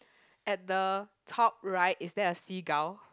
at the top right is there a seagull